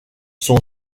son